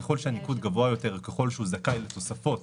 ככל שהניקוד גבוה יותר וככל שהוא זכאי לתוספות